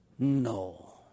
No